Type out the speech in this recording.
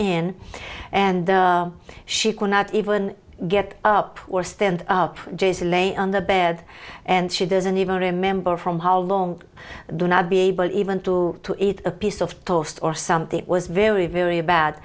in and she cannot even get up or stand up just lay on the bed and she doesn't even remember from how long do not be able even to to eat a piece of toast or something was very very bad